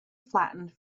flattened